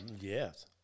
yes